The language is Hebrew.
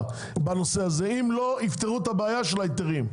בנושא הזה אם לא יפתרו את בעיית ההיתרים.